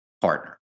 partner